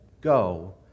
go